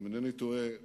אם אינני טועה,